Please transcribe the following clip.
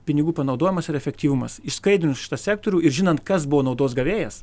pinigų panaudojimas ir efektyvumas išskaidrinus šitą sektorių ir žinant kas buvo naudos gavėjas